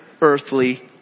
earthly